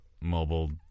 Mobile